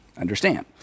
understand